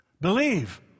Believe